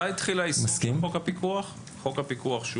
מתי התחיל חוק הפיקוח?